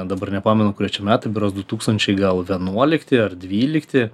dabar nepamenu kurie čia metai berods du tūkstančiai gal vienuolikti ar dvylikti